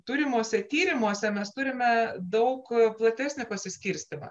turimuose tyrimuose mes turime daug platesnį pasiskirstymą